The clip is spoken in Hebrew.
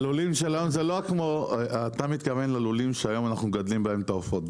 אתה מתכוון ללולים שהיום אנחנו מגדלים בהם את העופות.